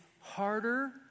harder